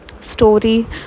story